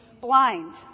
blind